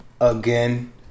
again